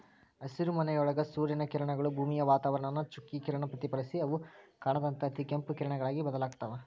ಹಸಿರುಮನಿಯೊಳಗ ಸೂರ್ಯನ ಕಿರಣಗಳು, ಭೂಮಿಯ ವಾತಾವರಣಾನ ಚುಚ್ಚಿ ಕಿರಣ ಪ್ರತಿಫಲಿಸಿ ಅವು ಕಾಣದಂತ ಅತಿಗೆಂಪು ಕಿರಣಗಳಾಗಿ ಬದಲಾಗ್ತಾವ